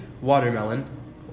watermelon